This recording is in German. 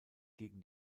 gegen